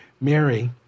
Mary